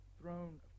throne